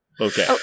Okay